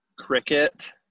cricket